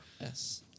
Yes